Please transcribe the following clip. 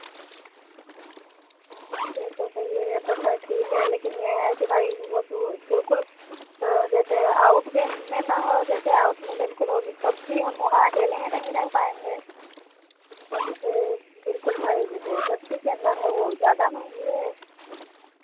हाँ हाँ ये तो सही है ये तो खैर ठीक है लेकिन ये है कि भाई वो तो बिल्कुल जैसे आउट भी में ना हो जैसे आउट में बिल्कुल होगी तब भी हम वहाँ अकेले हैं नहीं रहे पाएँगे और जैसे बिल्कुल भाई जैसे बस्ती के अन्दर है वो ज़्यादा महंगी है हाँ